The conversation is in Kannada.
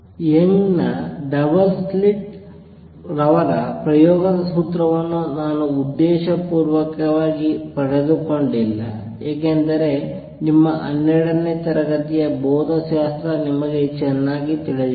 Young's double slit Young's double slitರವರ ಪ್ರಯೋಗದ ಸೂತ್ರವನ್ನು ನಾನು ಉದ್ದೇಶಪೂರ್ವಕವಾಗಿ ಪಡೆದುಕೊಂಡಿಲ್ಲ ಏಕೆಂದರೆ ನಿಮ್ಮ ಹನ್ನೆರಡನೇ ತರಗತಿಯ ಭೌತಶಾಸ್ತ್ರ ನಿಮಗೆ ಚೆನ್ನಾಗಿ ತಿಳಿದಿದೆ